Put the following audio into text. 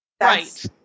Right